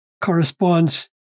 corresponds